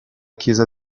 chiesa